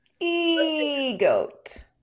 Egoat